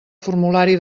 formulari